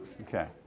Okay